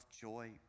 joy